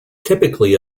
typically